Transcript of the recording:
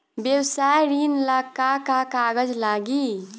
व्यवसाय ऋण ला का का कागज लागी?